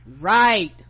right